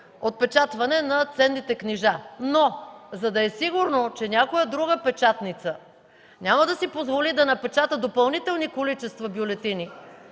отпечатване на ценни книжа. Но за да е сигурно, че някоя друга печатница няма да си позволи да напечата допълнителни количества бюлетини,